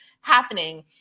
happening